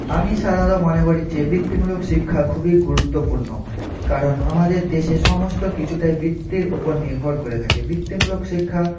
আমি সাধারণত মনে করি যে বৃত্তিমূলক শিক্ষা খুবই গুরুত্বপূর্ণ কারণ আমাদের দেশে সমস্ত কিছুটাই বৃত্তির উপর নির্ভর করে থাকে বৃত্তিমূলক শিক্ষা